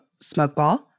Smokeball